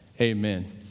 amen